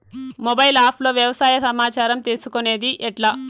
Mobile app లో వ్యవసాయ సమాచారం తీసుకొనేది ఎట్లా?